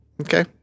Okay